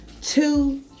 two